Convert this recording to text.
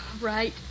right